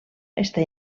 està